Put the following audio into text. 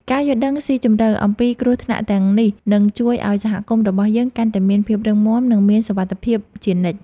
ការយល់ដឹងស៊ីជម្រៅអំពីគ្រោះថ្នាក់ទាំងនេះនឹងជួយឱ្យសហគមន៍របស់យើងកាន់តែមានភាពរឹងមាំ និងមានសុវត្ថិភាពជានិច្ច។